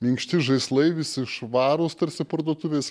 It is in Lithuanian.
minkšti žaislai visi švarūs tarsi parduotuvės